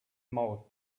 mouth